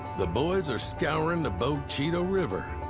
the boys are scouring the bogue chitto river.